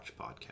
podcast